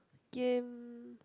game